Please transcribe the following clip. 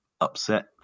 upset